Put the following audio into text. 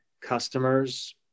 customers